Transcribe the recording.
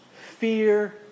Fear